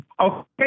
okay